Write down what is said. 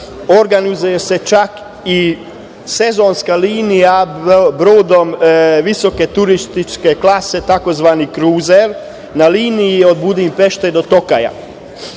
organizuje se čak i sezonska linija brodom visoke turističke klase, tzv. kruzer, na liniji od Budimpešte do Tokaja,